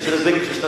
ממשלת בגין של שנת